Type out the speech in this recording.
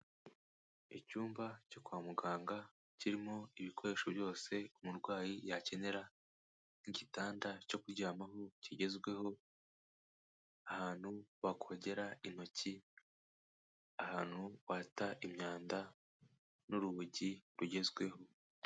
Icyumba cyo kwa muganga kirimo ibikoresho byose umurwayi yakenera nk'igitanda cyo kuryamaho kigezweho ahantu bakogera intoki ahantu wata imyanda n'urugi rugezweho.